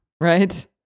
Right